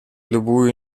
любую